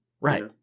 Right